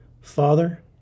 Father